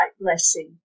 blessing